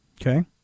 Okay